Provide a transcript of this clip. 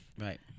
Right